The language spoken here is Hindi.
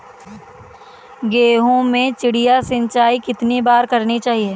गेहूँ में चिड़िया सिंचाई कितनी बार करनी चाहिए?